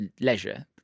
leisure